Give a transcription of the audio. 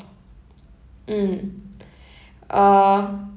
mm uh